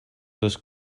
dos